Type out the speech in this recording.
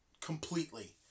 Completely